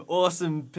awesome